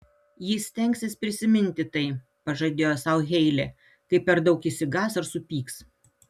ji stengsis prisiminti tai pažadėjo sau heilė kai per daug išsigąs ar supyks